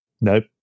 Nope